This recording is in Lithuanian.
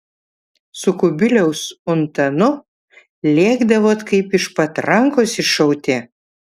su kubiliaus untanu lėkdavot kaip iš patrankos iššauti